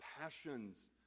passions